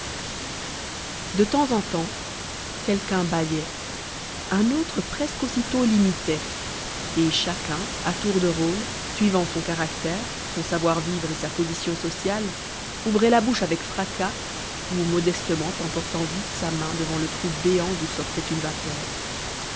de temps en temps quelqu'un bâillait un autre presque aussitôt l'imitait et chacun à tour de rôle suivant son caractère son savoir-vivre et sa position sociale ouvrait la bouche avec fracas ou modestement en portant vite sa main devant le trou béant d'où sortait une vapeur